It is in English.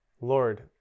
Lord